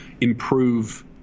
improve